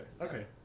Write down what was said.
okay